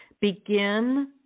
Begin